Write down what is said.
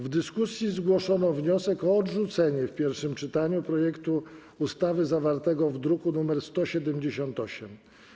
W dyskusji zgłoszono wniosek o odrzucenie w pierwszym czytaniu projektu ustawy zawartego w druku nr 178.